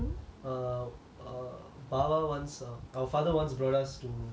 err err பாவா:baavaa once err our father once brought us to